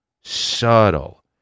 subtle